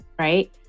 right